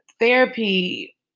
therapy